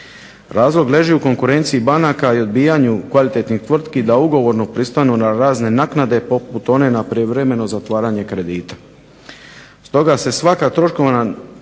Razlog leži u konkurenciji banaka i odbijanju kvalitetnih tvrtki da ugovorno pristanu na razne naknade poput one na prijevremeno zatvaranje kredita. Stoga se svaka troškovna